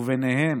וביניהן